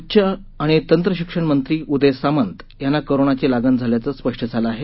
उच्च आणि तंत्र शिक्षण मंत्री उदय सामंत यांना कोरोनाची लागण झाल्याचं स्पष्ट झालं आहे